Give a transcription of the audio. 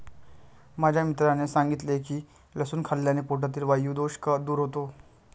माझ्या मित्राने सांगितले की लसूण खाल्ल्याने पोटातील वायु दोष दूर होतो